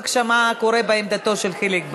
בבקשה מה קורה בעמדתו של חיליק בר.